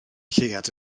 lleuad